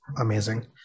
amazing